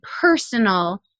personal